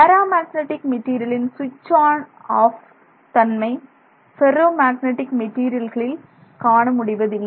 பேரா மேக்னடிக் மெட்டீரியலின் ஸ்விட்ச் ஆன் ஆப் தன்மை ஃபெர்ரோ மேக்னெட்டிக் மெட்டீரியல்களில் காண முடிவதில்லை